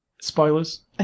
spoilers